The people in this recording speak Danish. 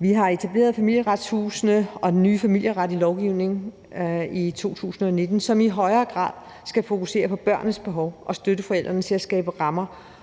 Vi har etableret Familieretshusene og den nye familieretlige lovgivning i 2019, som i højere grad skal fokusere på børnenes behov og støtte forældrene til at skabe rammer